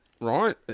Right